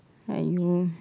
I mean